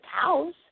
cows